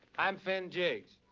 i'm fen jiggs.